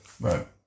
right